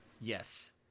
Yes